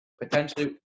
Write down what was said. potentially